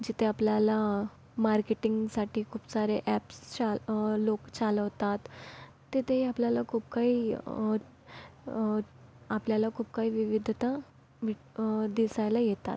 जिथे आपल्याला मार्केटिंगसाठी खूप सारे ॲप्स चाल लोक चालवतात तिथेही आपल्याला खूप काही आपल्याला खूप काही विविधता दिसायला येतात